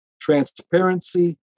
transparency